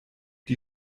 die